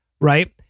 Right